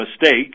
mistake